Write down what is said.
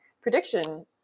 prediction